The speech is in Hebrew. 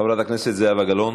חברת הכנסת זהבה גלאון,